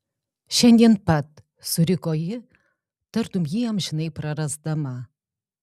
šiandien pat suriko ji tartum jį amžinai prarasdama